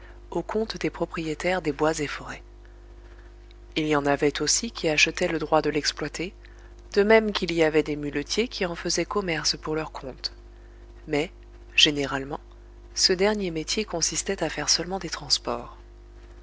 au compte des propriétaires des bois et forêts il y en avait aussi qui achetaient le droit de l'exploiter de même qu'il y avait des muletiers qui en faisaient commerce pour leur compte mais généralement ce dernier métier consistait à faire seulement des transports